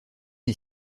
est